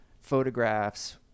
photographs